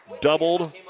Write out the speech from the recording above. doubled